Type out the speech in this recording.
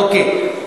אוקיי.